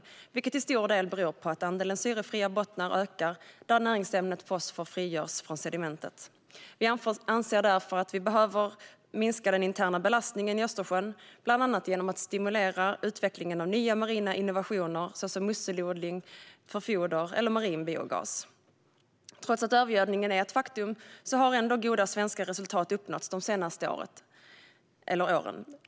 Det beror till stor del på att andelen syrefria bottnar ökar där näringsämnet fosfor frigörs från sedimentet. Vi anser därför att vi behöver minska den interna belastningen i Östersjön, bland annat genom att stimulera utvecklingen av nya marina innovationer såsom musselodling för foder eller marinbiogas. Trots att övergödningen är ett faktum har goda svenska resultat uppnåtts de senaste åren.